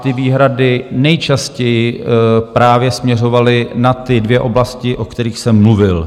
Ty výhrady nejčastěji právě směřovaly na ty dvě oblasti, o kterých jsem mluvil.